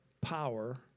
power